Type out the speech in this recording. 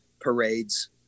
parades